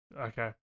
Okay